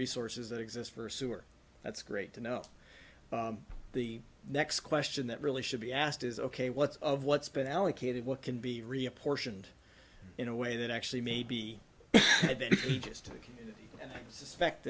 resources that exist for sewer that's great to know the next question that really should be asked is ok what's of what's been allocated what can be reapportioned in a way that actually maybe if you just suspect